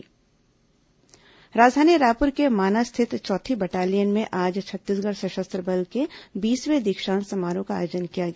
सशस्त्र बल दीक्षांत समारोह राजधानी रायपुर के माना स्थित चौथी बटालियन में आज छत्तीसगढ़ सशस्त्र बल के बीसवें दीक्षांत समारोह का आयोजन किया गया